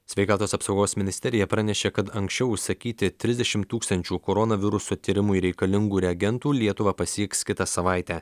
sveikatos apsaugos ministerija pranešė kad anksčiau užsakyti trisdešimt tūkstančių koronaviruso tyrimui reikalingų reagentų lietuvą pasieks kitą savaitę